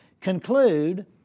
conclude